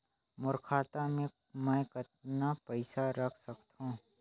मोर खाता मे मै कतना पइसा रख सख्तो?